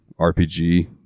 RPG